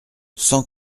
sans